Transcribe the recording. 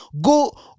Go